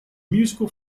musical